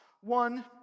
one